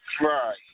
right